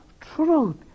truth